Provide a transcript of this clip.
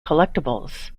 collectibles